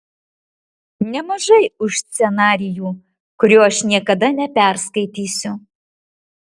nemažai už scenarijų kurio aš niekada neperskaitysiu